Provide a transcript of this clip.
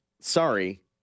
sorry